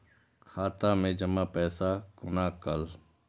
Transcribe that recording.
खाता मैं जमा पैसा कोना कल